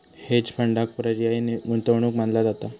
hedge फंडांक पर्यायी गुंतवणूक मानला जाता